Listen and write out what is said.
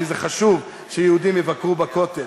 כי זה חשוב שיהודים יבקרו בכותל.